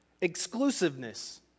Exclusiveness